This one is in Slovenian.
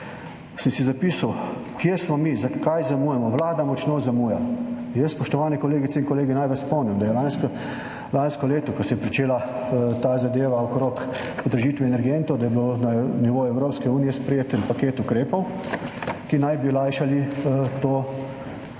Sem si zapisal: kje smo mi, zakaj zamujamo, Vlada močno zamuja. Spoštovane kolegice in kolegi, naj vas spomnim, da je bil lansko leto, ko se je pričela ta zadeva okrog podražitve energentov, na nivoju Evropske unije sprejet en paket ukrepov, ki naj bi lajšal te